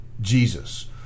Jesus